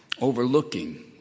overlooking